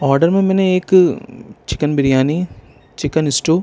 order میں میں نے ایک چکن بریانی چکن اسٹو